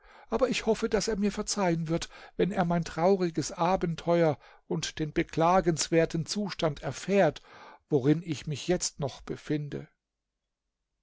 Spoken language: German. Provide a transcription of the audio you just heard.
aber ich hoffe daß er mir verzeihen wird wenn er mein trauriges abenteuer und den beklagenswerten zustand erfährt worin ich mich jetzt noch befinde